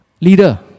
leader